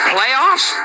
Playoffs